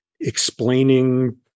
explaining